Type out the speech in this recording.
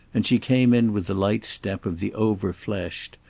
and she came in with the light step of the overfleshed,